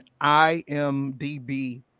IMDB